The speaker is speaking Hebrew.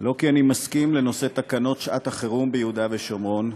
לא כי אני מסכים לנושא תקנות שעת החירום ביהודה ושומרון,